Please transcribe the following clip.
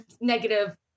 negative